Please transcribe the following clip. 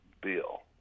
bill